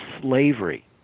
slavery